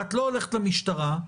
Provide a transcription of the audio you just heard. את לא הולכת למשטרה,